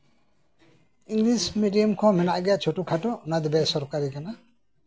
English medium ᱠᱚᱸᱦᱚ ᱢᱮᱱᱟᱜ ᱜᱮᱭᱟ ᱚᱱᱟ ᱠᱚᱫᱚ ᱵᱮ ᱥᱚᱨᱠᱟᱨᱤ ᱠᱟᱱᱟ